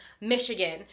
Michigan